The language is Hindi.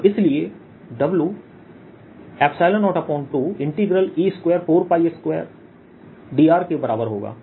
और इसलिए डब्ल्यू 02E24πr2dr के बराबर होगा